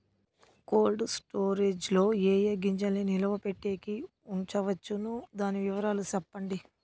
Cold storage లో ఏ ఏ గింజల్ని నిలువ పెట్టేకి ఉంచవచ్చును? దాని వివరాలు సెప్పండి?